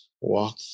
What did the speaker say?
walk